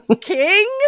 king